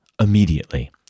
immediately